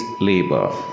labor